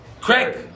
Craig